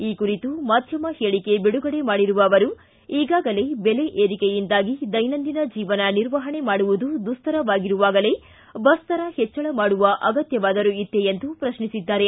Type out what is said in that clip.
ಈ ಕುರಿತು ಮಾಧ್ವಮ ಹೇಳಕೆ ಬಿಡುಗಡೆ ಮಾಡಿರುವ ಅವರು ಈಗಾಗಲೇ ಬೆಲೆ ಏರಿಕೆಯಿಂದಾಗಿ ದೈನಂದಿನ ಜೀವನ ನಿರ್ವಾಹಣೆ ಮಾಡುವುದು ದುಸ್ತರವಾಗಿರುವಾಗಲೇ ಬಸ್ ದರ ಹೆಚ್ಚಳ ಮಾಡುವ ಅಗತ್ತವಾದರೂ ಇತ್ತೇ ಎಂದು ಪ್ರಶ್ನಿಸಿದ್ದಾರೆ